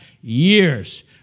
years